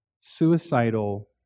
suicidal